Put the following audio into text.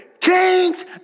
Kings